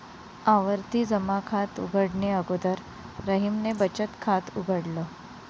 आवर्ती जमा खात उघडणे अगोदर रहीमने बचत खात उघडल